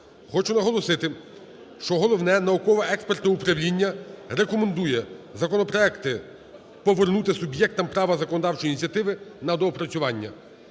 Хочу наголосити, що Головне науково-експертне управління рекомендує законопроекти повернути суб'єктам права законодавчої ініціативи на доопрацювання.